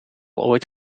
ooit